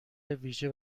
ویژه